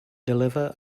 deliver